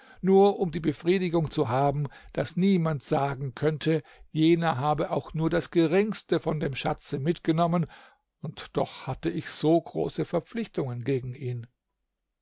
nur um die befriedigung zu haben daß niemand sagen könnte jener habe auch nur das geringste von dem schatze mitgenommen und doch hatte ich so große verpflichtungen gegen ihn